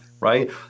Right